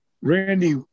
randy